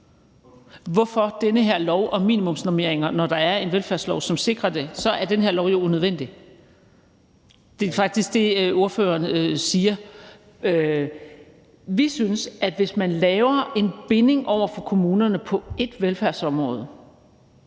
Hvorfor den her lov om minimumsnormeringer, når der er en velfærdslov, som sikrer det, for så er den her lov jo unødvendig? Det er faktisk det, ordføreren siger. Vi synes, at hvis man laver en binding over for kommunerne på ét velfærdsområde,